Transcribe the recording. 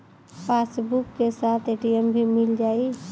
Passbook के साथ ATM भी मील जाई?